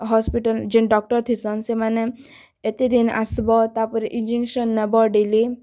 hospital ଯେନ୍ doctor ଥିସନ୍ ସେମାନେ ଏତେ ଦିନ୍ ଆସ୍ବ ତା'ର୍ପରେ ଇଞ୍ଜେକ୍ସନ୍ ନେବ ଡ଼େଲି